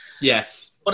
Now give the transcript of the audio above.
yes